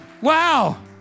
Wow